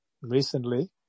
recently